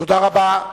תודה רבה.